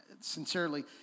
sincerely